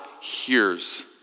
hears